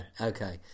okay